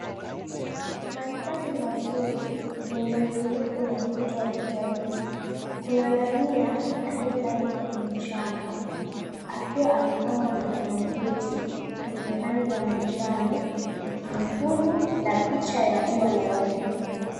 Mandhari mazuri yenye utulivu na mvuto wa kitalii. Kuna ngamia aliyelala kwenye mchanga akiwa amepambwa na blanketi lenye rangi ya manjano, nyekundu na picha ya ua la waridi.